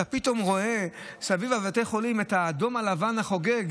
אתה פתאום רואה סביב בתי חולים את האדום-לבן חוגג.